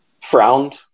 frowned